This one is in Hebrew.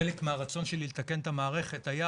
חלק מהרצון שלי לתקן את המערכת היה